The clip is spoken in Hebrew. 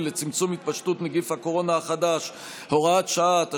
לצמצום התפשטות נגיף הקורונה החדש (הוראת שעה),